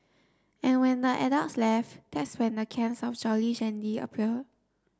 and when the adults left that's when the cans of Jolly Shandy appear